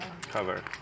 Cover